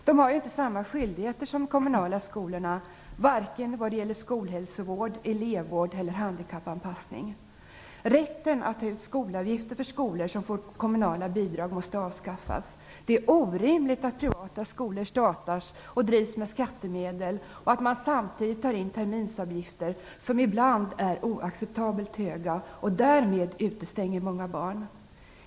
De har ju inte samma skyldigheter som de kommunala skolorna, varken vad gäller skolhälsovård, elevvård eller handikappanpassning. Rätten att ta ut skolavgifter för skolor som får kommunala bidrag måste avskaffas. Det är orimligt att privata skolor startas och drivs med skattemedel och att man samtidigt tar in terminsavgifter som ibland är oaccaptabelt höga och därmed utestänger många barn.